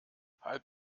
halb